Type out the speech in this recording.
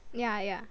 ya ya